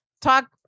talk